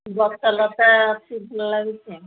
ଗଛଲତା ଅଛି ଭଲ ଲାଗୁଛି ଆଉ